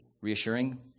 Reassuring